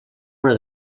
una